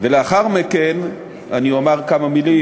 ולאחר מכן אני אומר כמה מילים,